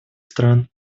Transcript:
стран